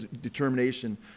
determination